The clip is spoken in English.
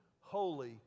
holy